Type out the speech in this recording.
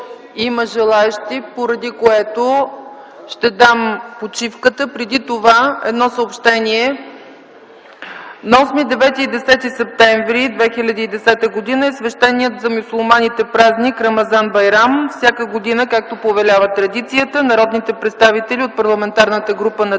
Има желаещи, поради което ще дам почивката. Преди това едно съобщение: На 8, 9 и 10 септември 2010 г. е свещеният за мюсюлманите празник Рамазан Байрям. Всяка година, както повелява традицията, народните представители от Парламентарната група на ДПС